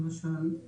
למשל,